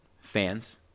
fans